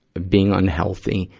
ah being unhealthy,